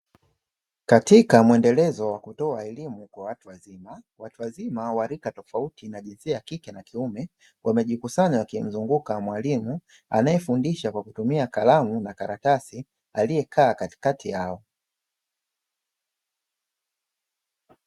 Katika mwendelezo wa kutoa elimu kwa watu wazima, watu wazima wa rika tofauti wa jinsia ya kike na kiume, wamejikusanya wakimzunguka mwalimu; anayefundisha kwa kutumia kalamu na karatasi aliye kaa katikati yao.